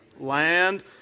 land